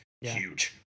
huge